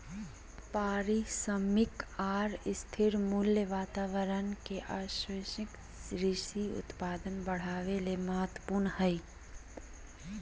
पारिश्रमिक आर स्थिर मूल्य वातावरण के आश्वाशन कृषि उत्पादन बढ़ावे ले महत्वपूर्ण हई